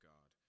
God